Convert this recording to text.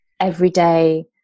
everyday